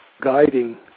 guiding